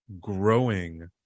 growing